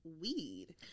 weed